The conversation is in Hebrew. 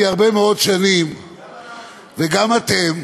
וגם אתם,